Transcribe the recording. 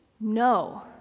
no